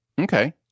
okay